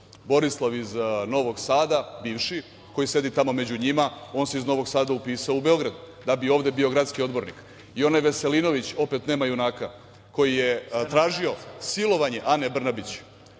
Borislav iz Novog Sada, bivši, koji sedi tamo među njima, on se iz Novog Sada upisao u Beograd, da bi ovde bio gradski odbornik. I onaj Veselinović, opet nema junaka, koji je tražio silovanje Ane Brnabić,